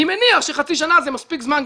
אני מניח שחצי שנה זה מספיק זמן,